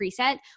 preset